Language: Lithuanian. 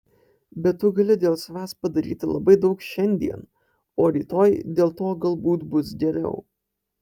bet tu gali dėl savęs padaryti labai daug šiandien o rytoj dėl to galbūt bus geriau